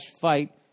fight